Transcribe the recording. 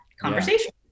conversation